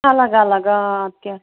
الگ الگ آ اَدٕ کیاہ